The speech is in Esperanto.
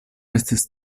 estis